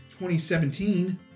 2017